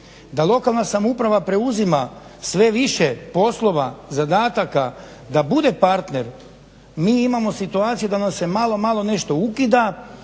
da lokalna samouprava preuzima sve više poslova, zadataka, da bude partner, mi imamo situaciju da nas se malo malo nešto ukida,